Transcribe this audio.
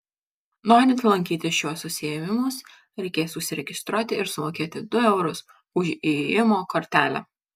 norint lankyti šiuos užsiėmimus reikės užsiregistruoti ir sumokėti du eurus už įėjimo kortelę